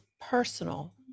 personal